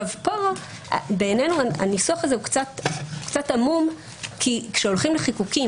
פה בעינינו הניסוח הזה הוא קצת עמום כי כשהולכים לחיקוקים